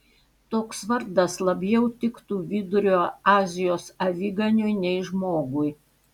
toks vardas labiau tiktų vidurio azijos aviganiui nei žmogui